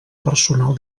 personal